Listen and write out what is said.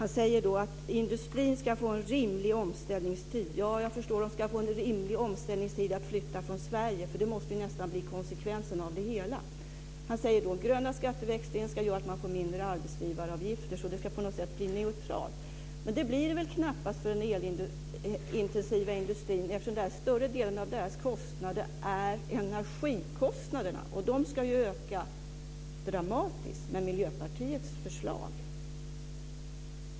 Han säger att industrin ska få en rimlig omställningstid. Jag förstår att den ska få en rimlig omställningstid att flytta från Sverige, eftersom det nästan måste bli konsekvensen av det hela. Han säger att den gröna skatteväxlingen ska göra att man får mindre arbetsgivareavgifter. Så det ska på något sätt bli neutralt. Men det blir det väl knappast för den elintensiva industrin, eftersom större delen av dess kostnader är energikostnader, och de ska ju öka dramatiskt med Miljöpartiets förslag.